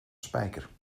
spyker